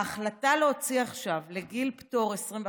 ההחלטה להוציא עכשיו לגיל פטור 21,